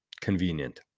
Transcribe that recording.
convenient